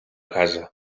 casa